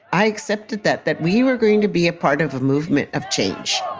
i accepted that, that we were going to be a part of a movement of change